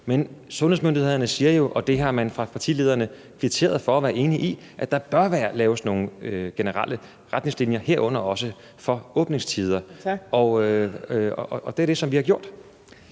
men sundhedsmyndighederne siger jo, og det har man fra partiledernes side kvitteret for og været enig i, at der bør laves nogle generelle retningslinjer, herunder også for åbningstider, og det er det, som vi har gjort.